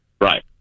Right